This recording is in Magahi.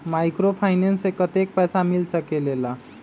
माइक्रोफाइनेंस से कतेक पैसा मिल सकले ला?